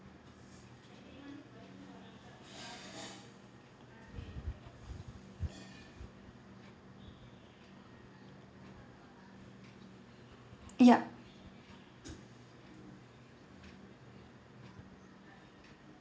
yup